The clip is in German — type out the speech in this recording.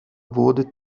wurde